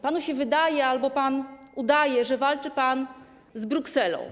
Panu się wydaje, albo pan udaje, że walczy pan z Brukselą.